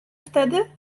wtedy